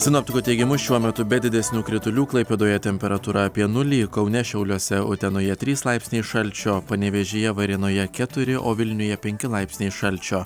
sinoptikų teigimu šiuo metu be didesnių kritulių klaipėdoje temperatūra apie nulį kaune šiauliuose utenoje trys laipsniai šalčio panevėžyje varėnoje keturi o vilniuje penki laipsniai šalčio